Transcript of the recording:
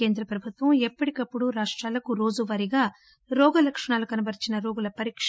కేంద్ర ప్రభుత్వం ఎప్పటికప్పుడు రాష్టాలకు రోజువారీగా రోగ లక్షణాలు కనబరిచిన రోగుల పరీక